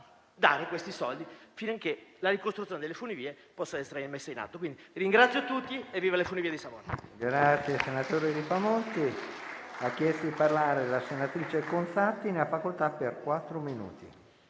dare questi soldi affinché la ricostruzione delle funivie possa essere messa in atto. Ringrazio tutti; evviva la funivia di Savona.